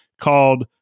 called